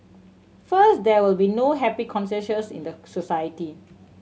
first there will be no happy consensus in the society